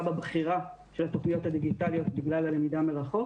בבחירה של התוכניות הדיגיטליות בגלל הלמידה מרחוק.